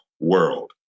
world